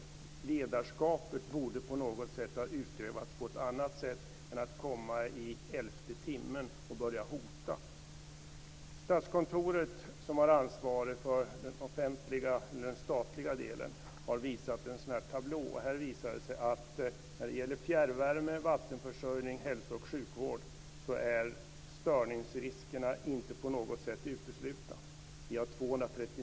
Ledarskapet borde ha utövats på ett annat sätt än att i elfte timmen börja komma med hot. Statskontoret, som har ansvaret för den statliga delen, har visat en tablå. Den visar att när det gäller fjärrvärme, vattenförsörjning, hälso och sjukvård är störningsriskerna inte på något sätt uteslutna.